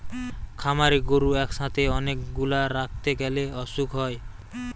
খামারে গরু একসাথে অনেক গুলা রাখতে গ্যালে অসুখ হয়